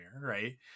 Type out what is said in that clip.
right